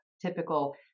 typical